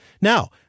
now